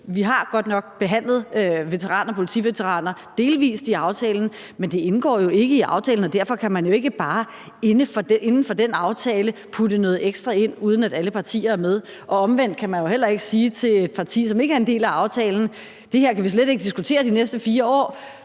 Vi har godt nok behandlet veteraner og politiveteraner delvis i aftalen, men det indgår jo ikke i aftalen, og derfor kan man ikke bare inden for den aftale putte noget ekstra ind, uden at alle partier er med. Og omvendt kan man jo heller ikke sige til et parti, som ikke er en del af aftalen: Det her kan vi slet ikke diskutere de næste 4 år,